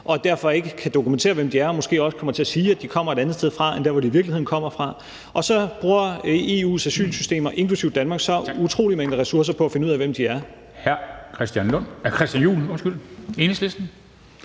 og derfor ikke kan dokumentere, hvem de er, og måske også kommer til at sige, at de kommer et andet sted end der, hvor de i virkeligheden kommer fra. Og så bruger EU's asylsystemer, inklusive Danmarks, utrolige mængder ressourcer på at finde ud af, hvem de er.